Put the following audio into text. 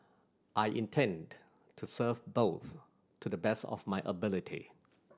I intend to serve both to the best of my ability